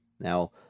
Now